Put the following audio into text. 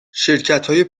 شرکتای